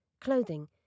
clothing